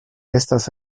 estas